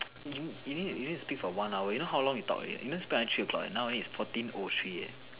you you need to you need to speak for one hour you know how long you talk already not you need to speak until three o-clock eh now it's fourteen o three eh